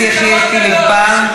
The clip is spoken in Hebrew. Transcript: חבר הכנסת יחיאל חיליק בר.